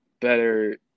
better